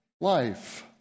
life